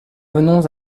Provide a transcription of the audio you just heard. venons